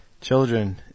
Children